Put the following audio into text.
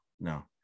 no